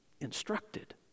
instructed